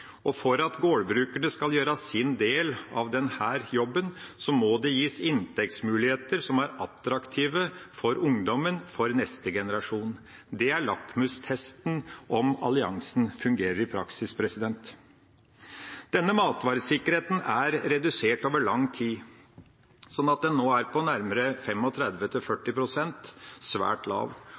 For at gårdbrukerne skal gjøre sin del av denne jobben, må det gis inntektsmuligheter som er attraktive for ungdommen – for neste generasjon. Det er lakmustesten på om alliansen fungerer i praksis. Denne matvaresikkerheten er redusert over lang tid slik at den nå er på nærmere 35–40 pst. – svært lav.